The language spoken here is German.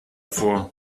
vor